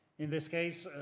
in this case,